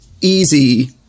easy